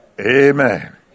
Amen